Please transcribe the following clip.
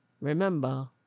remember